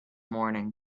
morning